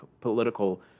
political